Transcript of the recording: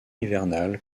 hivernale